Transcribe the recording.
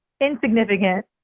insignificant